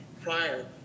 prior